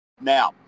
Now